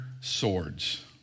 swords